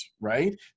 right